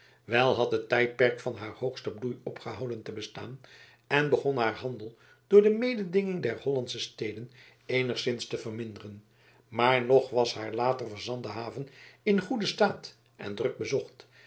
wel had het tijdperk van haar hoogsten bloei opgehouden te bestaan en begon haar handel door de mededinging der hollandsche steden eenigszins te verminderen maar nog was haar later verzande haven in goeden staat en druk bezocht